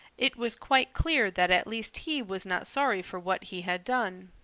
it was quite clear that at least he was not sorry for what he had done.